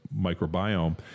microbiome